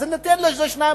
אז ניתן לאיזה שתיים,